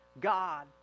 God